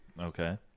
okay